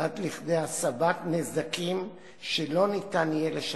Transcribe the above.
עד לכדי הסבת נזקים שלא ניתן יהיה לשקמם,